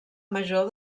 major